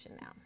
now